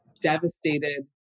devastated